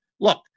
Look